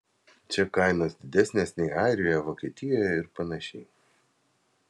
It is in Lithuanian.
čia kainos didesnės nei airijoje vokietijoje ir panašiai